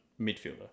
midfielder